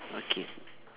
okay